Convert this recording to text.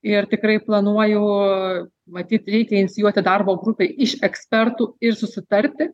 ir tikrai planuoju matyt reikia inicijuoti darbo grupę iš ekspertų ir susitarti